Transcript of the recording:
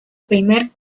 primer